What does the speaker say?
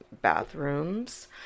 bathrooms